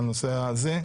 לנושא הזה?